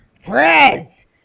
friends